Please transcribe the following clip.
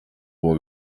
uwa